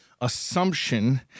assumption